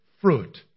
fruit